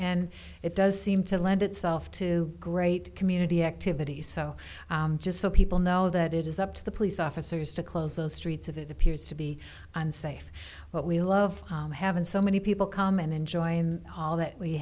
and it does seem to lend itself to great community activities so just so people know that it is up to the police officers to close those streets of it appears to be unsafe but we love having so many people come and enjoy and all that we